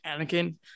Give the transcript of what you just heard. Anakin